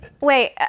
Wait